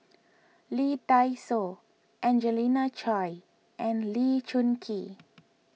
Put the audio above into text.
Lee Dai Soh Angelina Choy and Lee Choon Kee